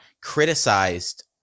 criticized